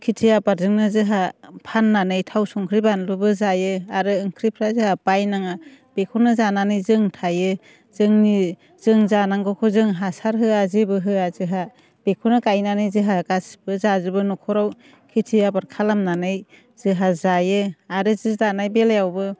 खेटि आबादजोंनो जोंहा फाननानै थाव संख्रि बानलुबो जायो आरो ओंख्रिफ्रा जोंहा बायनाङा बेखौनो जानानै जों थायो जोंनि जों जानांगौखौ जों हासार होआ जेबो होआ जोंहा बेखौनो गायनानै जोंहा गासैबो जाजोबो न'खराव खेथि आबाद खालामनानै जोंहा जायो आरो सि दानाय बेलायावबो